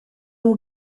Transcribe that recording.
will